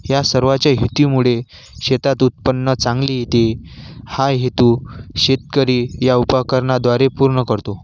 ह्या सर्वाचे युतीमुळे शेतात उत्पन्न चांगली येते हा हेतू शेतकरी या उपकरणाद्वारे पूर्ण करतो